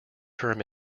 term